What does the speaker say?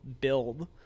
build